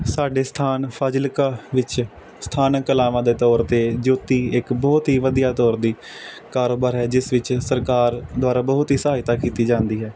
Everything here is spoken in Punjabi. ਸਾਡੇ ਸਥਾਨ ਫਾਜ਼ਿਲਕਾ ਵਿੱਚ ਸਥਾਨਕ ਕਲਾਵਾਂ ਦੇ ਤੌਰ 'ਤੇ ਜੋਤੀ ਇੱਕ ਬਹੁਤ ਹੀ ਵਧੀਆ ਤੌਰ ਦੀ ਕਾਰੋਬਾਰ ਹੈ ਜਿਸ ਵਿੱਚ ਸਰਕਾਰ ਦੁਆਰਾ ਬਹੁਤ ਹੀ ਸਹਾਇਤਾ ਕੀਤੀ ਜਾਂਦੀ ਹੈ